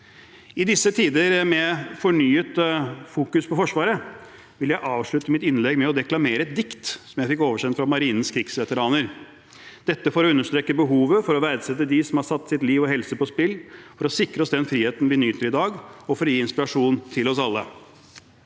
I disse tider med fornyet fokus på Forsvaret vil jeg avslutte mitt innlegg med å deklamere et dikt som jeg fikk oversendt fra Marinens krigsveteraner – dette for å understreke behovet for å verdsette dem som har satt liv og helse på spill for å sikre oss den friheten vi nyter i dag, og for å gi inspirasjon til oss alle.